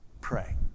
pray